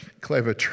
clever